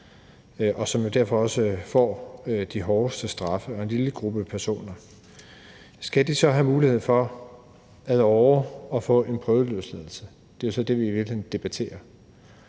og som derfor også får de hårdeste straffe – og det er en lille gruppe personer. Skal de så have mulighed for ad åre at få en prøveløsladelse? Det er så det, vi i virkeligheden debatterer.